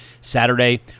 Saturday